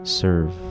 serve